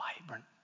vibrant